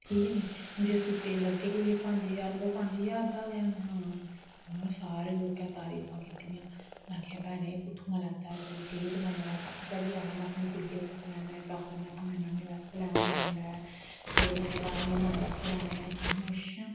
ठीक है नी जिस सूटे गी लग्गे कि एह् पंज ज्हार दा ते ओह् पंज ज्हार दा गै है में आखेआ हा सारे लोकें तारीफ कीती उ नेंआखेआ भैने कुत्थुआं लैता ऐ सूट केहड़ी दकाने उपरा लैता असें बी लैना में अपनी कुड़ी आस्तै लैना इक आखदा में अपनी मैडमें आस्तै लैना थोह्ड़े दिनें बाद में नुआढ़ आस्तै लैना में अच्छा